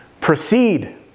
proceed